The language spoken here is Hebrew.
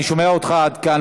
אני שומע אותך עד כאן.